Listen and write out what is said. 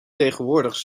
tegenwoordig